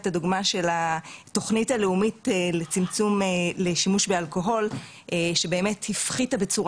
הדוגמא לתוכנית הלאומית לצמצום שימוש באלכוהול שבאמת הפחיתה בצורה